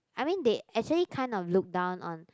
I mean they actually kind of look down on